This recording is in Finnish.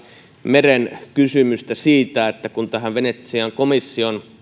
meren kysymystä kun tähän venetsian komission